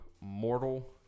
Mortal